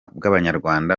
bw’abanyarwanda